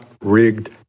rigged